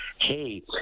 hey